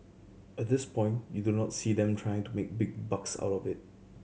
at this point you do not see them trying to make big bucks out of it